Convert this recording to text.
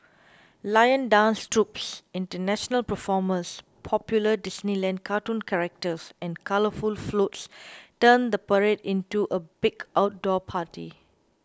lion dance troupes international performers popular Disneyland cartoon characters and colourful floats turn the parade into a big outdoor party